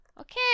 Okay